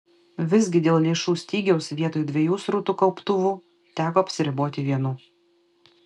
visgi dėl lėšų stygiaus vietoj dviejų srutų kauptuvų teko apsiriboti vienu